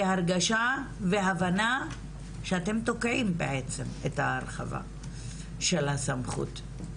הרגשה והבנה שאתם תוקעים בעצם את ההרחבה של הסמכות.